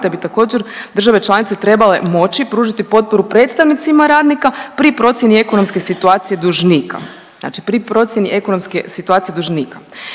te bi također države članice trebale moći pružiti potporu predstavnicima radnika pri procjeni ekonomske situacije dužnika, znači pri procjeni ekonomske situacije dužnika.